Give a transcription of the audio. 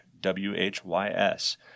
W-H-Y-S